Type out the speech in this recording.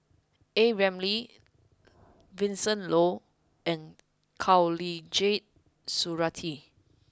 a Ramli Vincent Leow and Khatijah Surattee